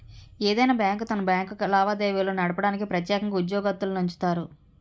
ఏదైనా బ్యాంకు తన బ్యాంకు లావాదేవీలు నడపడానికి ప్రెత్యేకంగా ఉద్యోగత్తులనుంచుతాది